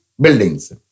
buildings